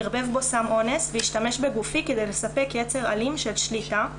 ערבב בו סם אונס והשתמש בגופי כדי לספק יצר אלים של שליטה,